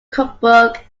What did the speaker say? cookbook